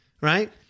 right